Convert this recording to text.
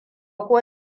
ko